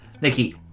Nikki